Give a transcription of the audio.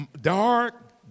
dark